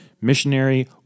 missionary